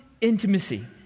intimacy